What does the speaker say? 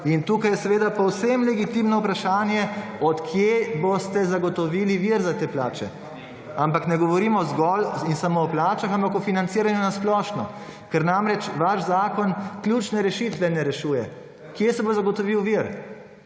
In tukaj je seveda povem legitimno vprašanje od kje boste zagotovili vir za te plače. Ampak ne govorimo zgolj in samo o plačah, ampak o financiranju na splošno. Ker namreč, vaš zakon ključne rešitve ne rešuje, kje se bo zagotovil vir.